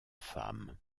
femme